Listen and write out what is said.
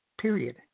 Period